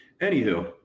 Anywho